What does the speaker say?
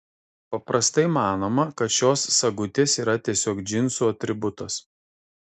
paprastai manoma kad šios sagutės yra tiesiog džinsų atributas